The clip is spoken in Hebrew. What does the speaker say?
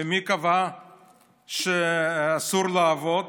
ומי קבע שאסור לעבוד?